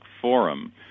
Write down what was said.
forum